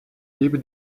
gebe